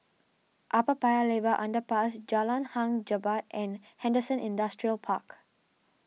Upper Paya Lebar Underpass Jalan Hang Jebat and Henderson Industrial Park